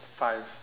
five